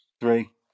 Three